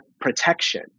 protection